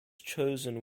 chosen